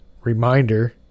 reminder